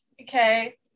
okay